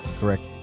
correct